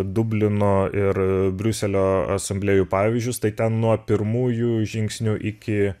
dublino ir briuselio asamblėjų pavyzdžius tai ten nuo pirmųjų žingsnių iki